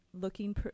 looking